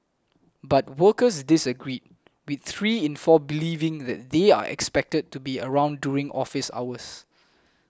but workers disagreed with three in four believing that they are expected to be around during office hours